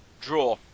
Draw